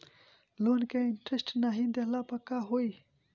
Loan के interest नाही देहले पर का होई?